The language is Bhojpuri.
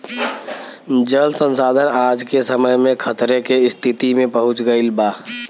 जल संसाधन आज के समय में खतरे के स्तिति में पहुँच गइल बा